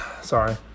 Sorry